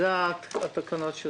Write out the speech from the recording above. אלו התקנות שעשינו.